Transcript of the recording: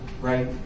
right